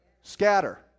Scatter